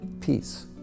peace